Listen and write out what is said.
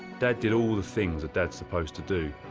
dad did all the things a dad's supposed to do.